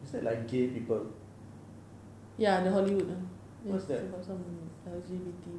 is that like gay people what's that